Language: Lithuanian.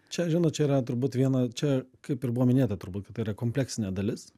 čia žinot čia yra turbūt viena čia kaip ir buvo minėta turbūt kad tai yra kompleksinė dalis